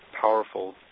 powerful